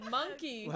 Monkey